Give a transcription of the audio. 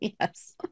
Yes